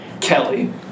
Kelly